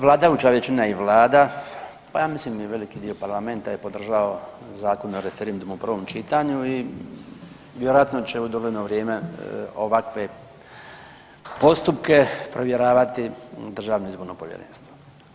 Vladajuća većina i Vlada pa ja mislim i veliki dio Parlamenta je podržao Zakon o referendumu u prvom čitanju i vjerojatno će u dogledno vrijeme ovakve postupke provjeravati Državno izborno povjerenstvo.